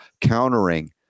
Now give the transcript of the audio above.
countering